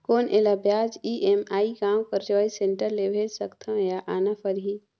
कौन एला ब्याज ई.एम.आई गांव कर चॉइस सेंटर ले भेज सकथव या आना परही?